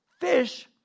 fish